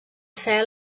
ser